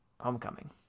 Homecoming